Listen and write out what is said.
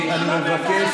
אני מבקש,